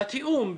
בתיאום,